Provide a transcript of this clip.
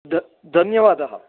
the धन्यवादः